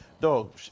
dog